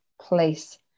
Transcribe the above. place